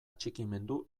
atxikimendu